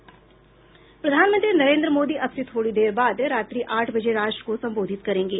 प्रधानमंत्री नरेन्द्र मोदी अब से थोड़ी देर बाद रात्रि आठ बजे राष्ट्र को संबोधित करेंगे